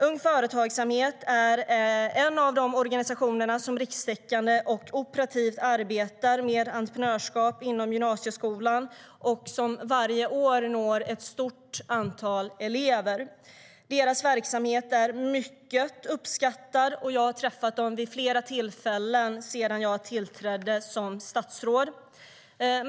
Ung Företagsamhet är en av de organisationer som rikstäckande och operativt arbetar med entreprenörskap inom gymnasieskolan och som varje år når ett stort antal elever. Deras verksamhet är mycket uppskattad, och jag har träffat dem vid flera tillfällen sedan jag tillträdde som statsråd.